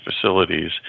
facilities